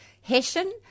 hessian